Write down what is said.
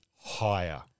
Higher